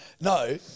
No